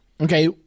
Okay